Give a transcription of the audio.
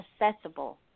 accessible